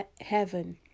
heaven